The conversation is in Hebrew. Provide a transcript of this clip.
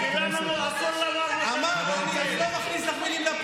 אנחנו מנועים מלהגיד את מה